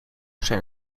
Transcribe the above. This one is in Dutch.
zijn